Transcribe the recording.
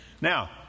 Now